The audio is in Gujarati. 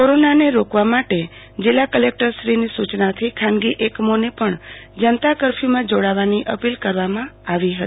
કોરોનાને રોકવા માટે જિલ્લા કલેકટરશ્રીની સુચનાથી ખાનગી એકમોને પણ જનતા કરફયુમાં જોડાવવાની અપીલ કરવામાં આવી હતી